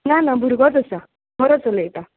ना ना भुरगोच आसा बरो चलयता